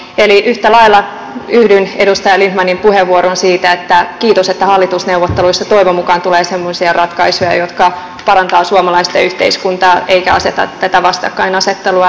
eli yhtä lailla yhdyn edustaja lindtmanin puheenvuoroon siinä että kiitos että hallitusneuvotteluissa toivon mukaan tulee semmoisia ratkaisuja jotka parantavat suomalaista yhteiskuntaa eivätkä aseta tätä vastakkainasettelua